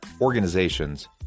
organizations